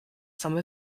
some